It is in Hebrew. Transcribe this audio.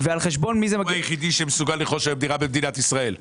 הוא היחידי שמסוגל לרכוש היום דירה במדינת ישראל.